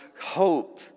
hope